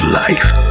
life